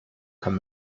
kann